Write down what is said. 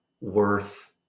worth